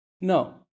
No